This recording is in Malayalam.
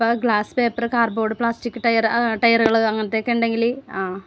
അപ്പം glass paper cardboard plastic tyre ടയറ്കൾ അങ്ങനെത്തെയൊക്കെ ഉണ്ടെങ്കിൽ ആ